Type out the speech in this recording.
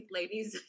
ladies